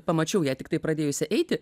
pamačiau ją tiktai pradėjusią eiti